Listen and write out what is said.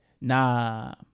nah